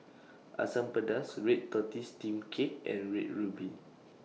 Asam Pedas Red Tortoise Steamed Cake and Red Ruby